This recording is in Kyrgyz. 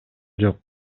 жок